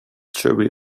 jury